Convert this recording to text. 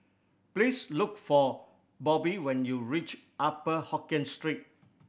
please look for Bobbie when you reach Upper Hokkien Street